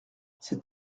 cet